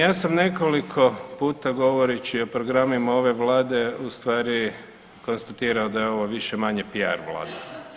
Ja sam nekoliko puta govoreći o programima ove Vlade ustvari konstatirao da je ovo više-manje PR vlada.